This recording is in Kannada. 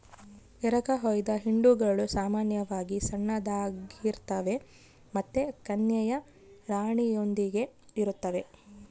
ಎರಕಹೊಯ್ದ ಹಿಂಡುಗಳು ಸಾಮಾನ್ಯವಾಗಿ ಸಣ್ಣದಾಗಿರ್ತವೆ ಮತ್ತು ಕನ್ಯೆಯ ರಾಣಿಯೊಂದಿಗೆ ಇರುತ್ತವೆ